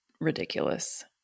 ridiculous